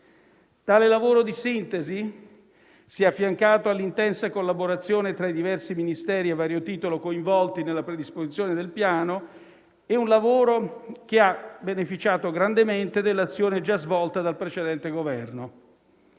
Tale lavoro di sintesi si è affiancato all'intensa collaborazione tra i diversi Ministeri a vario titolo coinvolti nella predisposizione del Piano. Si tratta di un lavoro che ha beneficiato grandemente dell'azione già svolta dal precedente Governo.